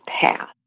path